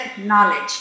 knowledge